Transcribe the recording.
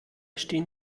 stehen